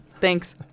Thanks